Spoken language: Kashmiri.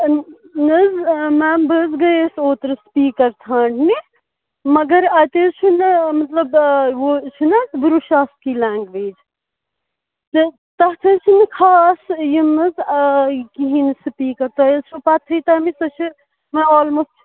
نہ حَظ میم بہٕ حَظ گٔیَس اوترٕ سپیٖکر ژھانڈنہِ مگر اتہِ حظ چھُنہٕ مطلب چھُ نہ حَظ بُروشاسکی لینگویج تہٕ تتھ حَظ چھَنہٕ خاص یِم حظ آ کِہیٖنۍ سپیٖکر تۄہہِ حِظ چھو پتہٕے تمِچ سۄ چھِ آلموسٹ